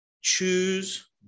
Choose